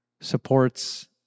supports